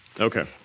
Okay